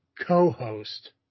co-host